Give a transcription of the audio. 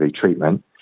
treatment